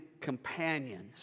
companions